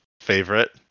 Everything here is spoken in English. favorite